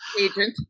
agent